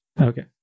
Okay